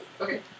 Okay